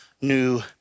new